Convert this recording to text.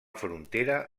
frontera